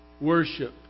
worship